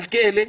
מלכיאלי,